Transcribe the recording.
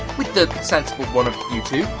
with the sensible one of you two,